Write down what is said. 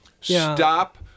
stop